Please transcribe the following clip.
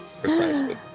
Precisely